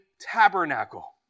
tabernacle